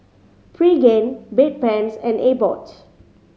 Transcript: Pregain Bedpans and Abbott